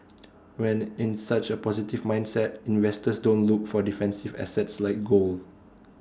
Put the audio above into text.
when in such A positive mindset investors don't look for defensive assets like gold